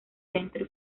dentro